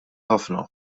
ħafna